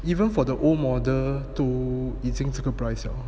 even for the old model 都已经这个 price 了